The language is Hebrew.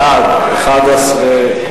בעד, 11,